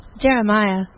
Jeremiah